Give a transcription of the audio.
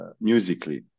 Musically